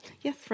Yes